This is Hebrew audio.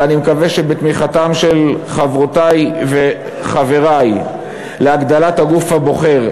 ואני מקווה שבתמיכתם של חברותי וחברי בהגדלת הגוף הבוחר,